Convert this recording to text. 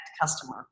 customer